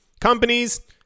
companies